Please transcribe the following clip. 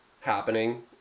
happening